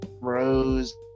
Rose